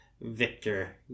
Victor